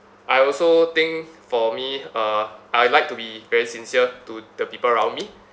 I also think for me uh I like to be very sincere to the people around me